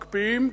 מקפיאים,